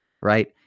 right